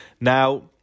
Now